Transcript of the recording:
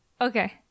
Okay